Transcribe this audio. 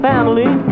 Family